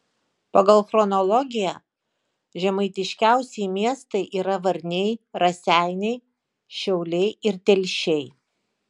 pagal chronologiją žemaitiškiausi miestai yra šie varniai raseiniai šiauliai ir telšiai